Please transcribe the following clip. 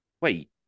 wait